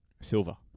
Silver